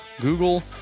Google